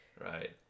right